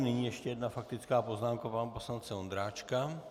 Nyní ještě jedna faktická poznámka pana poslance Ondráčka.